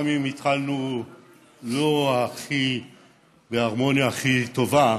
גם אם התחלנו לא בהרמוניה הכי טובה,